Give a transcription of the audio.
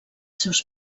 seus